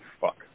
fuck